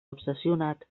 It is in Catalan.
obsessionat